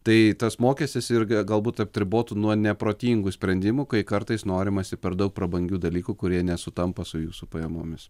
tai tas mokestis irgi galbūt atribotų nuo neprotingų sprendimų kai kartais norimasi per daug prabangių dalykų kurie nesutampa su jūsų pajamomis